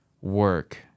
work